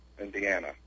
indiana